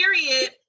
period